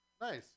Nice